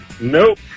Nope